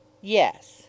Yes